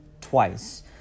twice